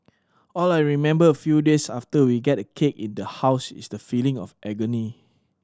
all I remember a few days after we get a cake in the house is the feeling of agony